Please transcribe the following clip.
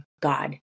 God